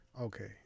okay